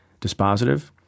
dispositive